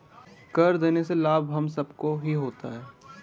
कर देने से लाभ हम सबको ही होता है